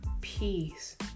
peace